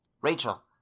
Rachel